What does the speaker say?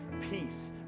peace